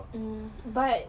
mm but